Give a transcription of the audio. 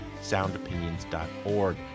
soundopinions.org